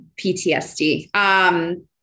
PTSD